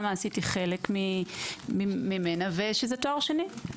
המעשית היא חלק ממנה ושזה תואר שני.